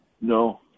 no